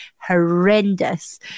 horrendous